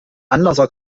anlasser